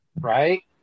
right